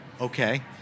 Okay